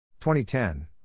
2010